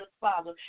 Father